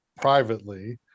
privately